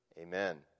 amen